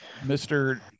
Mr